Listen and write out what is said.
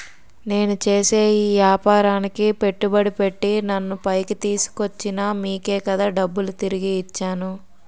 నేను చేసే ఈ వ్యాపారానికి పెట్టుబడి పెట్టి నన్ను పైకి తీసుకొచ్చిన మీకే కదా డబ్బులు తిరిగి ఇచ్చేను